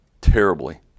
terribly